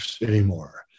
anymore